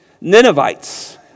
Ninevites